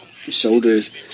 Shoulders